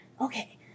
Okay